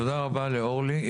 תודה רבה לאורלי.